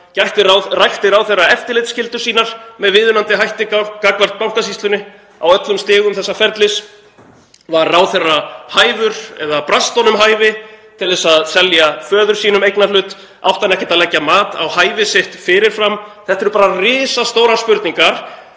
Rækti ráðherra eftirlitsskyldur sínar með viðunandi hætti gagnvart Bankasýslunni á öllum stigum þessa ferlis? Var ráðherra hæfur eða brast honum hæfi til að selja föður sínum eignarhlut? Átti hann ekki að leggja mat á hæfi sitt fyrir fram? Þetta eru risastórar spurningar